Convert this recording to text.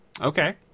Okay